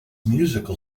musical